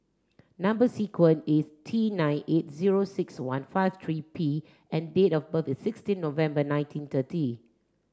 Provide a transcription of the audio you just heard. number sequence is T nine eight zero six one five three P and date of birth is sixteen November nineteen thirty